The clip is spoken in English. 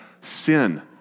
sin